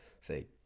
say